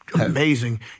amazing